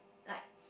like